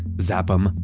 zap them,